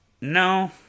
no